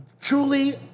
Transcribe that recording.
truly